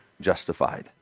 justified